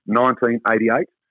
1988